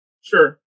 Sure